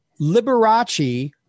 Liberace